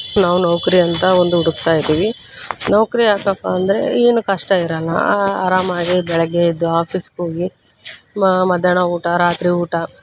ನಾವು ನೌಕರಿ ಅಂತ ಒಂದು ಹುಡುಕ್ತಾ ಇದ್ದೀವಿ ನೌಕರಿ ಯಾಕಪ್ಪ ಅಂದರೆ ಏನು ಕಷ್ಟ ಇರೋಲ್ಲ ಆ ಆರಾಮಾಗಿ ಬೆಳಗ್ಗೆ ಎದ್ದು ಆಫೀಸ್ಗೋಗಿ ಮಧ್ಯಾನ ಊಟ ರಾತ್ರಿ ಊಟ